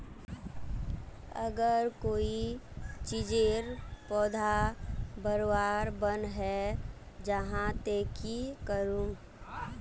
अगर कोई चीजेर पौधा बढ़वार बन है जहा ते की करूम?